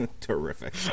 terrific